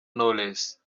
knowless